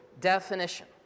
definition